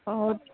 ओहो